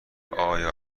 آیا